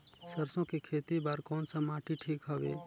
सरसो के खेती बार कोन सा माटी ठीक हवे?